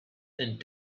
and